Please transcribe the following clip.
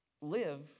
live